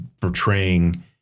portraying